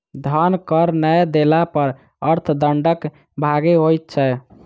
धन कर नै देला पर अर्थ दंडक भागी होइत छै